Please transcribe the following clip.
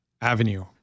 Avenue